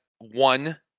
one